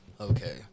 Okay